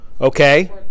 Okay